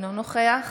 אינו נוכח